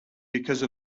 because